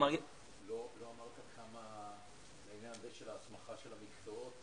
לא אמרתם כמה בעניין הזה של ההסמכה של המקצועות,